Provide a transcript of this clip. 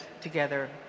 together